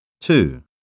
Two